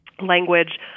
language